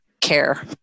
care